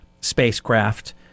spacecraft